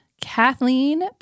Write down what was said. Kathleen